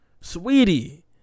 Sweetie